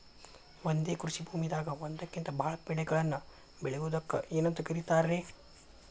ಒಂದೇ ಕೃಷಿ ಭೂಮಿದಾಗ ಒಂದಕ್ಕಿಂತ ಭಾಳ ಬೆಳೆಗಳನ್ನ ಬೆಳೆಯುವುದಕ್ಕ ಏನಂತ ಕರಿತಾರೇ?